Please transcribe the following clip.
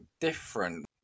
different